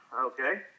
okay